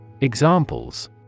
Examples